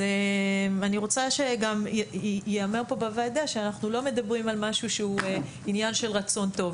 אני רוצה שייאמר פה בוועדה שאנחנו לא מדברים על עניין של רצון טוב,